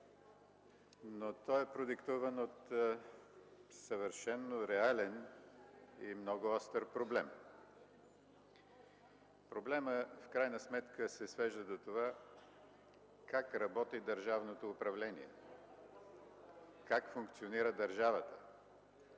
Той е продиктуван от съвършено реален и много остър проблем. Проблемът в крайна сметка се свежда до това: как работи държавното управление, как функционира държавата.